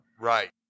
Right